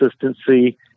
consistency